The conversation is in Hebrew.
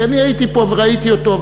כי אני הייתי פה וראיתי אותו,